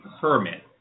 permit